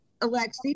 Alexi